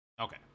Okay